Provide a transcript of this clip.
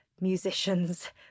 musician's